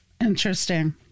Interesting